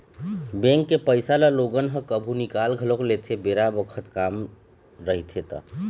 bank के पइसा ल लोगन ह कभु निकाल घलोक लेथे बेरा बखत काम रहिथे ता